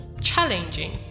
Challenging